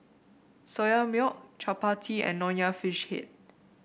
Soya Milk chappati and Nonya Fish Head